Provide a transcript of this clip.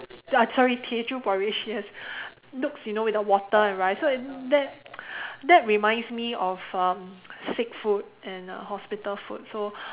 ah ya sorry Teochew porridge yes looks you know without water and rice so it that that reminds me of um sick food and um hospital food so